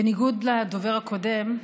בניגוד לדובר הקודם,